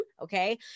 Okay